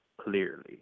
clearly